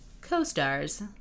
co-stars